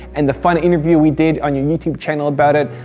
and the fun interview we did on your youtube channel about it.